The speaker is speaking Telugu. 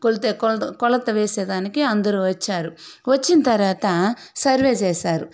కొలత కొలత వేసేదానికి అందరూ వచ్చారు వచ్చిన తర్వాత సర్వే చేశారు